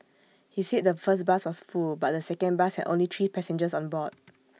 he said the first bus was full but the second bus had only three passengers on board